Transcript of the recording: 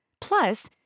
Plus